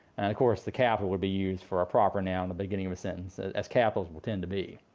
of course, the capital would be used for a proper noun, the beginning of a sentence as capitals will tend to be.